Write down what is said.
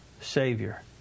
Savior